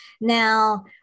now